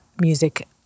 music